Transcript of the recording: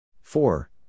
Four